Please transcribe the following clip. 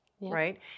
right